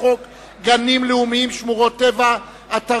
פקודת מס הכנסה (החזר מס),